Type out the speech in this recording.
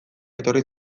etorri